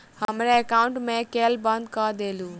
हमरा एकाउंट केँ केल बंद कऽ देलु?